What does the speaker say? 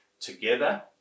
together